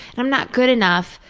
i'm not good enough.